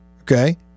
Okay